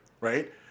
right